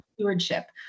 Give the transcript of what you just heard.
stewardship